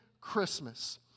Christmas